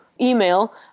email